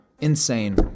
Insane